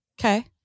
Okay